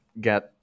get